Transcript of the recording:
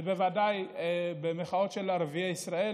ובוודאי במחאות של ערביי ישראל,